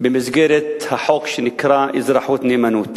במסגרת החוק שנקרא אזרחות נאמנות.